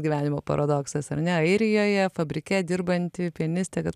gyvenimo paradoksas ar ne airijoje fabrike dirbanti pianistė kad